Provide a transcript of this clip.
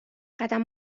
قدم